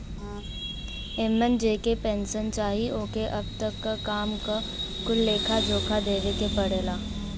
एमन जेके पेन्सन चाही ओके अब तक क काम क कुल लेखा जोखा देवे के पड़ला